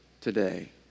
today